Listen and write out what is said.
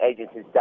agencies